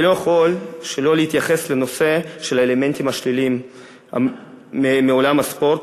אני לא יכול שלא להתייחס לנושא של האלמנטים השליליים בעולם הספורט,